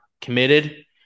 committed